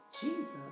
Jesus